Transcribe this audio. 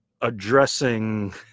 addressing